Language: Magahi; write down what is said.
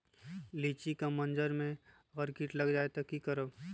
लिचि क मजर म अगर किट लग जाई त की करब?